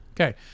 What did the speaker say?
Okay